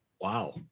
Wow